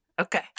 Okay